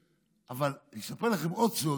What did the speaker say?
אבל אני אספר לכם עוד סוד,